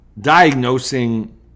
diagnosing